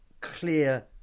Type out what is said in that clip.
clear